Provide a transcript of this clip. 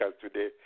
today